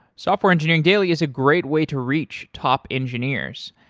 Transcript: software engineering daily is a great way to reach top engineers.